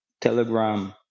Telegram